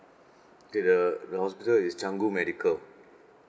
okay the the hospital is canggu medical